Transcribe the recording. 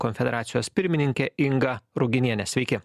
konfederacijos pirmininke inga ruginiene sveiki